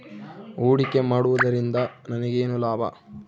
ಹೂಡಿಕೆ ಮಾಡುವುದರಿಂದ ನನಗೇನು ಲಾಭ?